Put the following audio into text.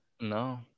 No